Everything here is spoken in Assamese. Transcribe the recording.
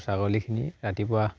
ছাগলীখিনি ৰাতিপুৱা